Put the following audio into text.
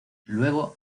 luego